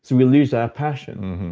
so we'll lose our passion.